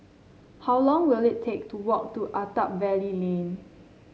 how long will it take to walk to Attap Valley Lane